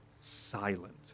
silent